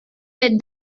led